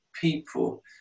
people